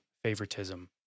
Favoritism